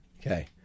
Okay